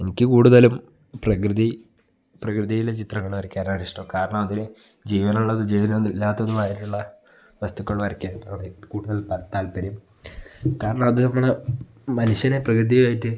എനിക്ക് കൂടുതലും പ്രകൃതി പ്രകൃതിയിലെ ചിത്രങ്ങൾ വരയ്ക്കാൻ ആണ് ഇഷ്ടം കാരണം അതിലെ ജീവനുള്ളത് ജീവനൊന്നില്ലാത്തതും ആയിട്ടുള്ള വസ്തുക്കൾ വരയ്ക്കാനും ആണേ കൂടുതൽ താല്പര്യം കാരണം അത് നമ്മൾ മനുഷ്യനെ പ്രകൃതിയുമായിട്ട്